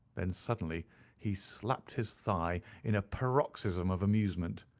then suddenly he slapped his thigh in a paroxysm of amusement.